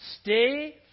Stay